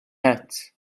het